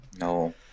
No